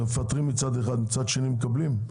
מפטרים ומצד שני מקבלים עובדים.